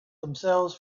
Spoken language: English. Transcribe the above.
themselves